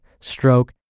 stroke